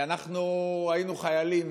אנחנו היינו חיילים